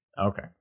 okay